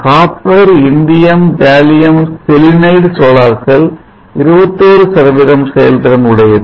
Copper indium gallium selenide solar cell 21 செயல்திறன் உடையது